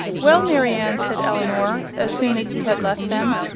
well, marianne, said elinor, as soon as he had left them,